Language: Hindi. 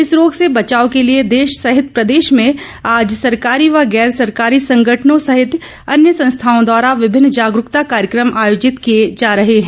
इस रोग से बचाव के लिए देश सहित प्रदेश में आज सरकारी व गैर सरकारी संगठनों सहित अन्य संस्थाओं द्वारा विभिन्न जागरूकता कार्यकम आयोजित किए जा रहे हैं